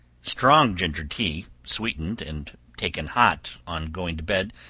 strong ginger tea, sweetened and taken hot on going to bed,